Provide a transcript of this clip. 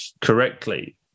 correctly